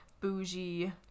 bougie